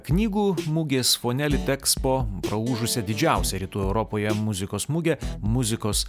knygų mugės fone litexpo praūžusią didžiausią rytų europoje muzikos mugę muzikos